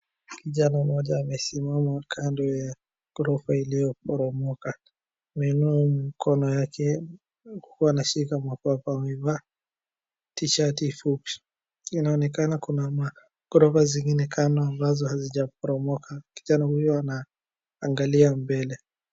Kijana mmoja amesimama kando ya gorofa iliyo poromoka. Ameinua mikono yake huku anashika makwapa. Amevaa tishati fupi. Inaonekana kuna magorofa kando ambazo hazijaporomoka. Kijana huyo anaangalia mbele.